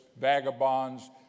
vagabonds